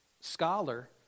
scholar